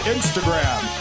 Instagram